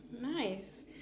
Nice